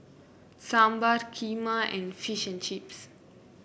Sambar Kheema and Fish and Chips